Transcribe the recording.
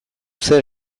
zer